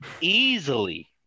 Easily